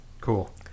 cool